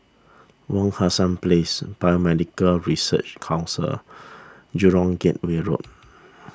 Wak Hassan Place Biomedical Research Council Jurong Gateway Road